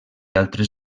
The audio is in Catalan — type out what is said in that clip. altres